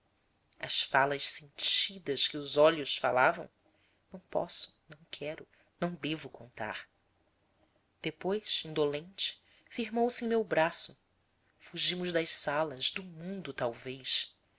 as falas sentidas que os olhos falavam não posso não quero não devo contar depois indolente firmou se em meu braço fugimos das salas do mundo talvez